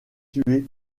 situés